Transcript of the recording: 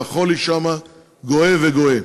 והחולי שם גואה וגואה.